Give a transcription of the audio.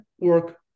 work